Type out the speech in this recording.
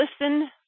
listen